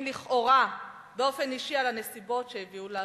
לכאורה באופן אישי לנסיבות שהביאו לאסון.